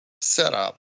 setup